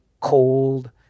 cold